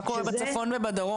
מה קורה בצפון ובדרום?